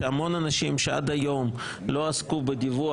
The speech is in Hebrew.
שהמון אנשים שעד היום לא עסקו בדיווח,